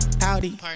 Howdy